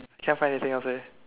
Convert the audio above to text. can't find anything else eh